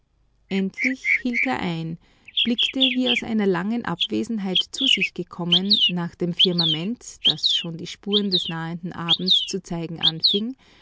endlich hielt er ein blickte wie aus einer langen abwesenheit zu sich gekommen nach dem firmament das schon die spuren des nahenden abends zu zeigen anfing